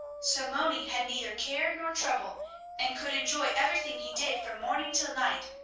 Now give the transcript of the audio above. so moni had neither care nor trouble and could enjoy everything he did from morning till night.